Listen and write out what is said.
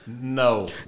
No